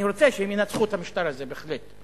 אני רוצה שהן ינצחו את המשטר הזה, בהחלט.